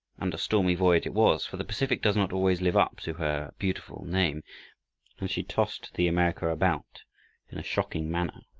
and a stormy voyage it was, for the pacific does not always live up to her beautiful name, and she tossed the america about in a shocking manner.